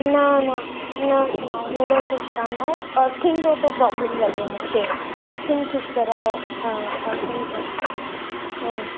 न न न न अहिड़ो कुझु कान आहे अर्थिंग जो थो प्रोब्लम लॻे मूंखे अर्थिंग ठीकु कराए हा अर्थिंग